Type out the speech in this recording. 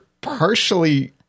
partially